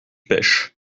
pêches